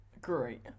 great